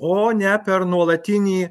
o ne per nuolatinį